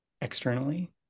externally